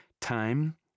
Time